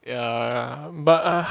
ya but ah